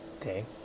okay